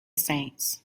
saints